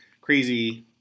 crazy